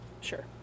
Sure